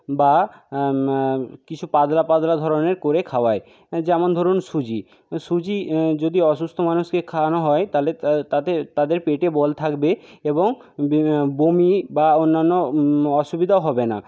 বা কিছু পাতলা পাতলা ধরনের করে খাওয়াই যেমন ধরুন সুজি সুজি যদি অসুস্থ মানুষকে খাওয়ানো হয় তাহলে তাদের তাদের পেটে বল থাকবে এবং বমি বা অন্যান্য অসুবিধা হবে না